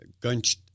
Gunch